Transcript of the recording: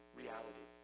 reality